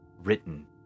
written